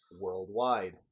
worldwide